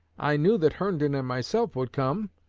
i knew that herndon and myself would come,